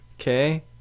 okay